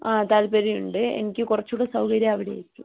അ താല്പര്യം ഉണ്ട് എനിക്ക് കുറച്ച് കൂടെ സൗകര്യം അവിടെ ആയിരിക്കും